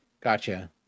gotcha